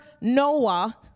noah